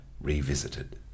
Revisited